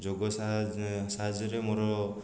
ଯୋଗ ସାହାଯ୍ୟରେ ମୋର